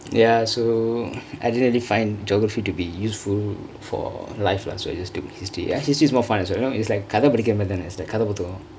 ya so I didn't really find geography to be useful for life lah so I just took history history is more fun as well you know it's like கதை படிக்கிற மாதிரி தான்:kathai padikira maathiri thaan is like கதை புத்தகம்:kathai puthakam